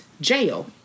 Jail